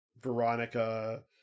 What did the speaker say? Veronica